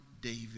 David